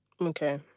Okay